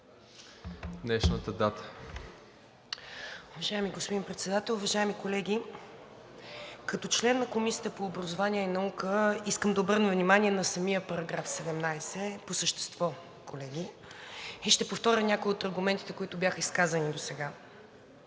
(ДБ): Уважаеми господин Председател, уважаеми колеги! Като член на Комисията по образование и наука искам да обърна внимание на самия § 17 по същество, колеги, и ще повторя някои от аргументите, които бяха изказани досега.